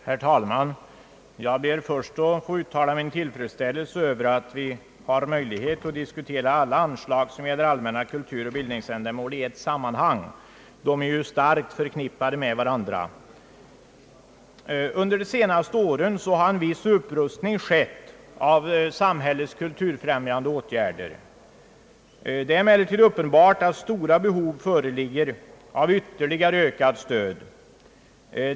Herr talman! Jag ber att först få uttala min tillfredsställelse över att vi har fått möjlighet att diskutera alla anslag som gäller allmänna kulturoch bildningsändamål i ett sammanhang. De är ju starkt förknippade med varandra. Under de senaste åren har en viss upprustning skett av samhällets kulturfrämjande åtgärder. Det är emellertid uppenbart att stora behov av ytterligare ökat stöd föreligger.